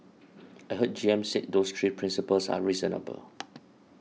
I heard G M said those three principles are reasonable